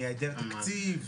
מהיעדר תקציב?